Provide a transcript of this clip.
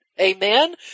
Amen